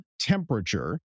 temperature